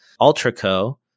Ultraco